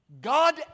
God